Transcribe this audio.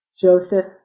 joseph